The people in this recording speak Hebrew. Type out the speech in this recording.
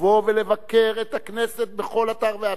לבוא ולבקר את הכנסת בכל אתר ואתר,